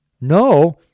No